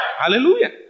Hallelujah